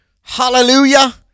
Hallelujah